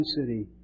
city